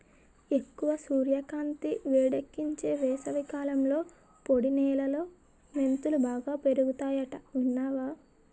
ఎక్కువ సూర్యకాంతి, వేడెక్కించే వేసవికాలంలో పొడి నేలలో మెంతులు బాగా పెరుగతాయట విన్నావా